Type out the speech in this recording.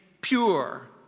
pure